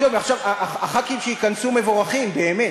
חברי הכנסת שייכנסו מבורכים, באמת: